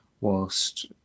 whilst